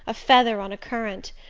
a feather on a current,